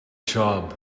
job